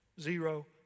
Zero